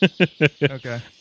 Okay